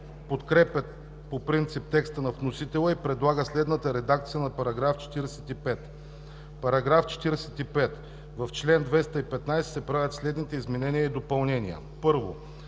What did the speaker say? подкрепя по принцип текста на вносителя и предлага следната редакция на § 45: „§ 45. В чл. 215 се правят следните изменения и допълнения: 1.